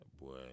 Boy